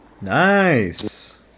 Nice